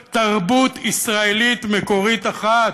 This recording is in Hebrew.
מכל התבלינים, ולייצר תרבות ישראלית מקורית אחת.